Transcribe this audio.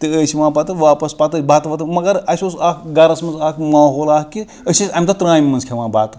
تہٕ ٲسۍ یِوان پتہٕ واپَس پتہٕ ٲسۍ بَتہٕ وَتہٕ مگر اسہِ اوس اَکھ گَرَس منٛز اَکھ ماحولَہ کہِ أسۍ ٲسۍ امہِ دۄہ ترٛامہِ منٛز کھٚیوان بَتہٕ